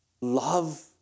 love